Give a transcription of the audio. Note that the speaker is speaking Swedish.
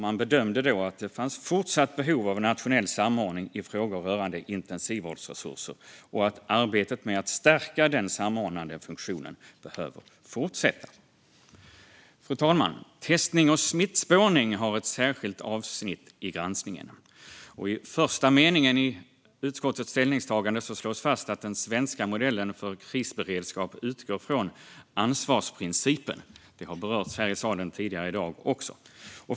Man bedömde då att det fanns fortsatt behov av en nationell samordning i frågor rörande intensivvårdsresurser och att arbetet med att stärka den samordnande funktionen behöver fortsätta. Fru talman! Testning och smittspårning har ett särskilt avsnitt i granskningen, och i den första meningen i utskottets ställningstagande slås det fast att den svenska modellen för krisberedskap utgår från ansvarsprincipen. Det har berörts här i salen tidigare i dag också.